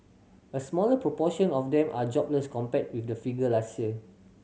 a smaller proportion of them are jobless compared with the figure last year